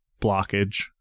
blockage